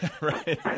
right